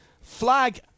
flag